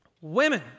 Women